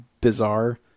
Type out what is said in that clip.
bizarre